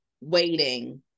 waiting